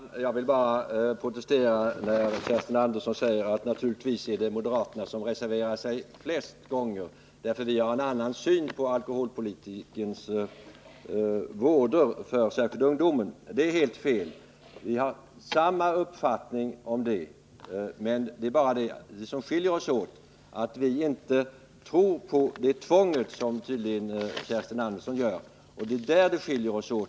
Herr talman! Jag vill bara protestera när Kerstin Andersson i Hjärtum säger att naturligtvis är det moderaterna som reserverar sig flest gånger, eftersom vi har en annan syn på alkoholmissbrukets vådor, särskilt för ungdomen. Det är helt fel — vi har samma uppfattning om detta. Vad som skiljer oss åt är att vi inte tror på tvånget, som tydligen Kerstin Andersson gör.